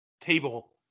table